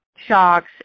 shocks